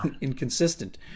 inconsistent